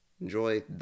enjoy